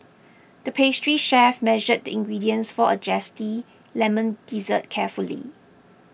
the pastry chef measured the ingredients for a Zesty Lemon Dessert carefully